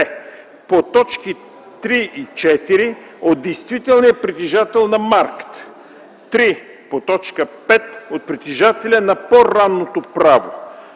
по т. 3 и 4 – от действителния притежател на марката; 3. по т. 5 – от притежателя на по-ранното право;